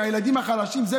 מהילדים החלשים?